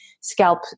scalp